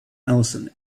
ellison